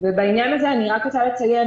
בעניין הזה אני רק רוצה לציין,